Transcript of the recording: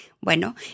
Bueno